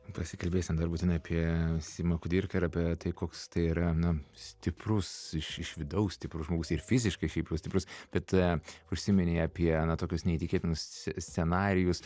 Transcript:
pasikalbėsim dar būtinai apie simą kudirką ir apie tai koks tai yra na stiprus iš iš vidaus stiprus žmogus ir fiziškai šiaip jau stiprus bet užsiminei apie na tokius neįtikėtinus scenarijus